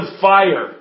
fire